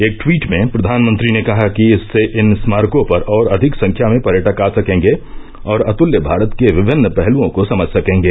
एक ट्वीट में प्रधानमंत्री ने कहा कि इससे इन स्मारको पर और अधिक संख्या में पर्यटक आ सकेंगे और अतृल्य भारत के विभिन्न पहलुओं को समझ सकेंगे